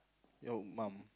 your mum